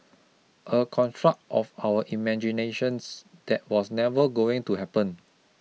a construct of our imaginations that was never going to happen